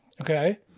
okay